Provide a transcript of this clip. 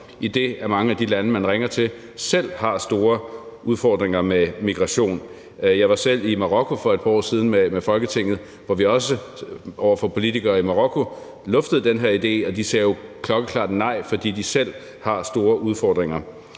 idet mange af de lande, man ringer til, selv har store udfordringer med migration. Jeg var selv i Marokko for et par år siden med Folketinget, hvor vi også over for politikere i Marokko luftede den her idé, og de sagde jo klokkeklart nej, fordi de selv har store udfordringer.